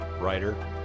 writer